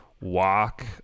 walk